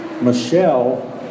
Michelle